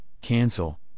cancel